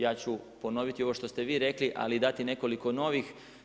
Ja ću ponoviti ovo što ste vi rekli, ali i dati nekoliko novih.